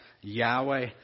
Yahweh